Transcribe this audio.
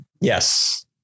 yes